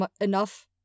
enough